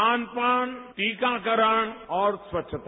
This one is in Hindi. खान पान टीकाकरण और स्वच्छता